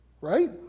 right